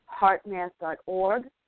HeartMath.org